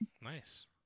Nice